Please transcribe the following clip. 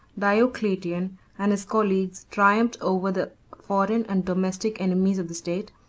diocletian and his colleagues, triumphed over the foreign and domestic enemies of the state,